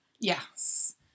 Yes